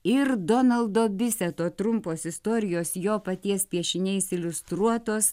ir donaldo viseto trumpos istorijos jo paties piešiniais iliustruotos